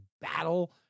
battle